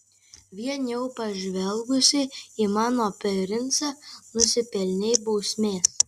vien jau pažvelgusi į mano princą nusipelnei bausmės